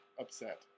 upset